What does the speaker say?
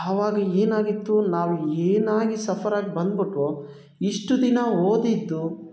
ಆವಾಗ್ ಏನಾಗಿತ್ತು ನಾವು ಏನಾಗಿ ಸಫರಾಗಿ ಬಂದ್ಬಿಟ್ವೋ ಇಷ್ಟು ದಿನ ಓದಿದ್ದು